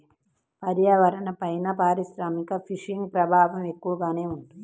పర్యావరణంపైన పారిశ్రామిక ఫిషింగ్ ప్రభావం ఎక్కువగానే ఉంటుంది